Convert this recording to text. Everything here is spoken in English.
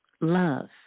love